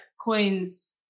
coins